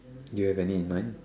you have any in mind